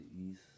East